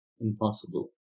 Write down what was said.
impossible